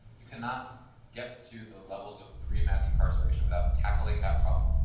you cannot get to the levels of pre mass incarceration without tackling that problem.